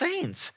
saints